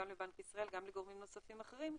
גם לבנק ישראל וגם לגורמים נוספים אחרים,